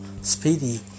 speedy